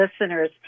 listeners